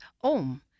OM